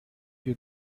you